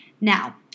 Now